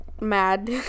mad